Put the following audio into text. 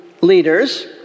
leaders